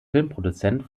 filmproduzent